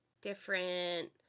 Different